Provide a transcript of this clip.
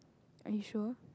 are you sure